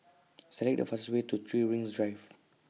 Select The fastest Way to three Rings Drive